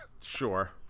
sure